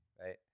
right